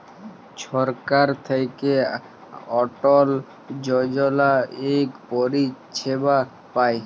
ছরকার থ্যাইকে অটল যজলা ইক পরিছেবা পায়